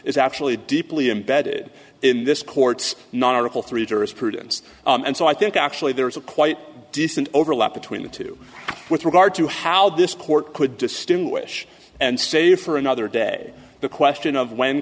is actually deeply embedded in this court's not article three jurisprudence and so i think actually there is a quite decent overlap between the two with regard to how this court could distinguish and say for another day the question of when